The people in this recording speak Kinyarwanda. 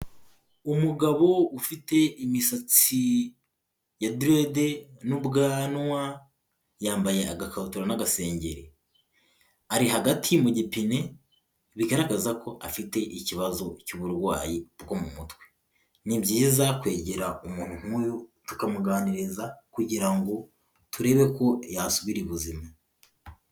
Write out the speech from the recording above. Umugabo ufite imisatsi ya direde n'ubwanwa yambaye agakabutura n'agasengeri. Ari hagati mu gipine bigaragaza ko afite ikibazo cy'uburwayi bwo mu mutwe. Ni byiza kwegera umuntu nk'uyu tukamuganiriza kugira ngo turebe ko yasubira ibuzima.